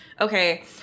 Okay